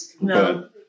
No